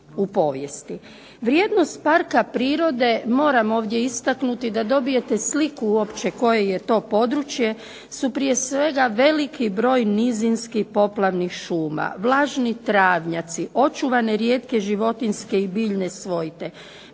u povijesti. Vrijednost parka prirode, moram ovdje istaknuti da dobijete sliku uopće koje je to područje, su prije svega veliki broj nizinskih poplavnih šuma, vlažni travnjaci, očuvanje rijetke životinjske i biljne svojte,